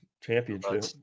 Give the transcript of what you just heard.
championship